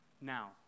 now